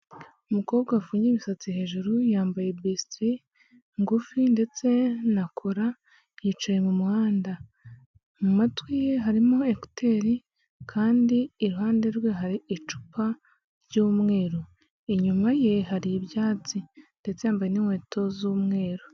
Umukobwa wafungiye imisatsi hejuru, yambaye bisitiri ngufi ndetse na kola yicaye mu muhanda. Mu matwi ye harimo ekuteli kandi iruhande rwe hari icupa ry’ umweru, inyuma ye hari ibyatsi ndetse yambaye n’ inkweto z’ umweru.